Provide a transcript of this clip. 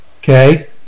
Okay